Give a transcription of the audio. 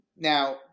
Now